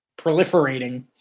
proliferating